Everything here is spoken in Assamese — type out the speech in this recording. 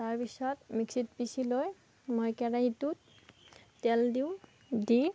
তাৰপিছত মিক্সিত পিছি লৈ মই কেৰাহীটোত তেল দিওঁ দি